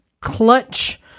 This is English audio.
clutch